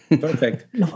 perfect